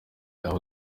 aho